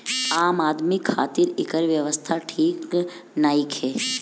आम आदमी खातिरा एकर व्यवस्था ठीक नईखे